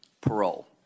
parole